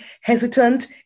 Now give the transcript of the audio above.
hesitant